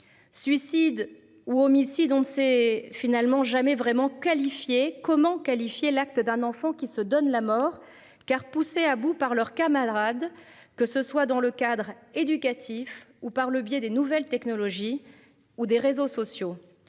Suicide ou homicide. On ne s'est finalement jamais vraiment qualifié, comment qualifier l'acte d'un enfant qui se donne la mort car poussés à bout par leurs camarades. Que ce soit dans le cadre éducatif ou par le biais des nouvelles technologies ou des réseaux sociaux.